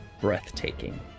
breathtaking